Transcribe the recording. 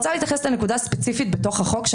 אני רוצה להתייחס לנקודה ספציפית בחוק,